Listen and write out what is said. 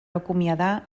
acomiadar